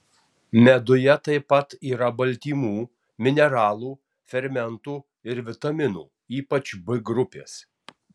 meduje taip pat yra baltymų mineralų fermentų ir vitaminų ypač b grupės